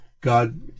God